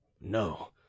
no